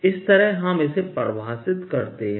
इस तरह हम इसे परिभाषित करते हैं